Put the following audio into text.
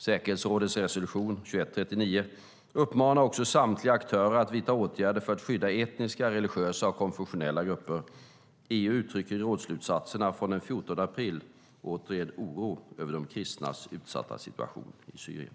Säkerhetsrådets resolution 2139 uppmanar också samtliga aktörer att vidta åtgärder för att skydda etniska, religiösa och konfessionella grupper. EU uttrycker i rådsslutsatserna från den 14 april återigen oro över de kristnas utsatta situation i Syrien.